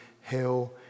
hell